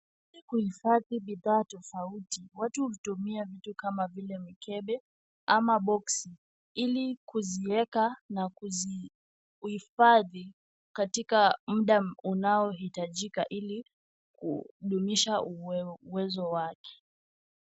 Kuhifadhi bidhaa tofauti. Watu hutumia vitu kama vile mikebe ama boksi ili kuzieka na kuzihifadhi katika muda unaohitajika ili kudumisha uwezo wake.